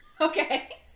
okay